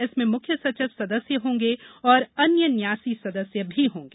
इसमें मुख्य सचिव सदस्य होंगे तथा अन्य न्यासी सदस्य भी होंगे